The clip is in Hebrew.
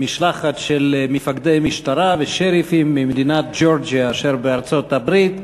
משלחת של מפקדי משטרה ושריפים ממדינת ג'ורג'יה אשר בארצות-הברית.